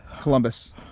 Columbus